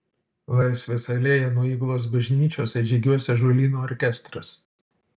laisvės alėja nuo įgulos bažnyčios atžygiuos ąžuolyno orkestras